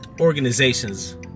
organizations